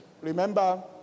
Remember